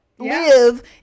live